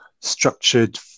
structured